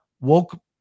woke